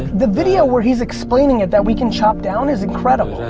the video where he's explaining it that we can chop down is incredible.